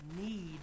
need